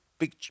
big